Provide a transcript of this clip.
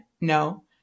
no